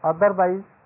Otherwise